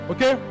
Okay